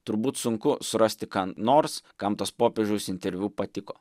turbūt sunku surasti ką nors kam tas popiežiaus interviu patiko